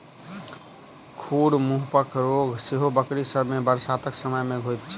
खुर मुँहपक रोग सेहो बकरी सभ मे बरसातक समय मे होइत छै